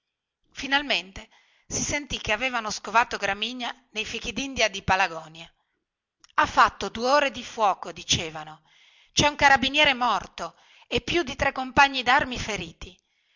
finalmente sentì dire che avevano scovato gramigna nei fichidindia di palagonia ha fatto due ore di fuoco dicevano cè un carabiniere morto e più di tre compagni darmi feriti